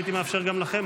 הייתי מאפשר גם לכם,